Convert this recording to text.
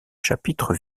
chapitre